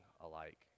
alike